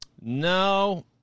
no